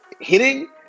hitting